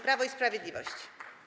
Prawo i Sprawiedliwość.